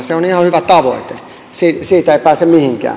se on ihan hyvä tavoite siitä ei pääse mihinkään